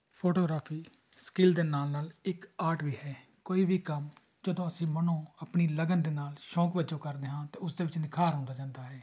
photography skill ਦੇ ਨਾਲ ਨਾਲ ਇੱਕ ਆਰਟ ਵੀ ਹੈ ਕੋਈ ਵੀ ਕੰਮ ਜਦੋਂ ਅਸੀਂ ਮਨੋਂ ਆਪਣੀ ਲਗਨ ਦੇ ਨਾਲ ਸ਼ੌਕ ਵਜੋਂ ਕਰਦੇ ਹਾਂ ਤਾਂ ਉਸ ਦੇ ਵਿੱਚ ਨਿਖਾਰ ਹੁੰਦਾ ਜਾਂਦਾ ਹੈ